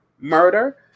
Murder